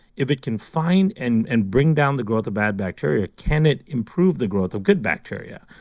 if it can find and and bring down the growth of bad bacteria, can it improve the growth of good bacteria?